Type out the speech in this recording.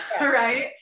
right